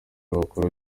bakora